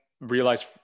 realize